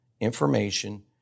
information